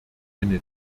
eine